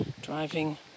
driving